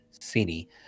city